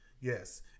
Yes